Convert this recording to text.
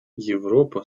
европа